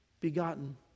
begotten